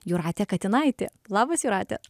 jūratė katinaitė labas jūrate labas